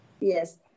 Yes